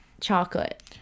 chocolate